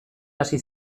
hasi